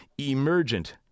emergent